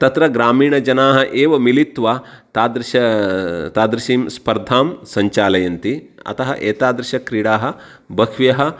तत्र ग्रामीणजनाः एव मिलित्वा तादृशीं तादृशीं स्पर्धां सञ्चालयन्ति अतः एतादृशाः क्रीडाः बह्व्यः